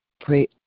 Pray